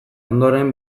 ondoren